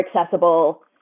accessible